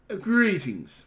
Greetings